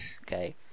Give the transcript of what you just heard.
okay